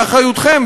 באחריותכם,